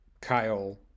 Kyle